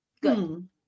Good